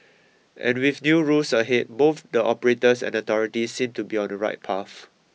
and with new rules ahead both the operators and authorities seem to be on the right path